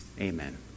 Amen